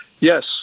Yes